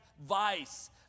vice